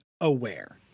aware